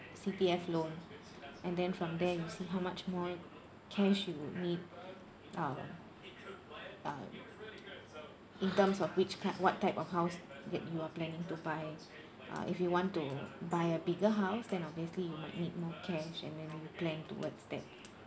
C_P_F loan and then from there you see how much more cash you would need uh uh in terms of which ki~ what type of house that you are planning to buy uh if you want to buy a bigger house then obviously you might need more cash and then plan towards that